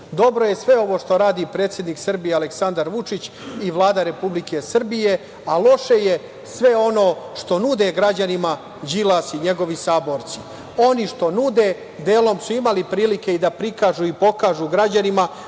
njih. Dobro je sve ovo što radi predsednik Srbije Aleksandar Vučić i Vlada Republike Srbije, a loše je sve ono što nude građanima Đilas i njegovi saborci. Oni što nude, delom su imali prilike i da prikažu i pokažu građanima,